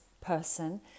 person